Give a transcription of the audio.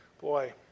boy